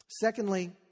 Secondly